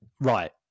Right